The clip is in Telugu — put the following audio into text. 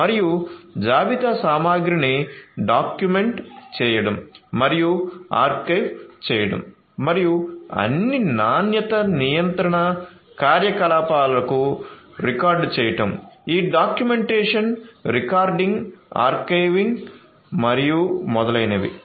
మరియు జాబితా సామగ్రిని డాక్యుమెంట్ చేయడం మరియు ఆర్కైవ్ చేయడం మరియు అన్ని నాణ్యత నియంత్రణ కార్యకలాపాలను రికార్డ్ చేయడం ఈ డాక్యుమెంటేషన్ రికార్డింగ్ ఆర్కైవింగ్ మరియు మొదలైనవి